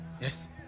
Yes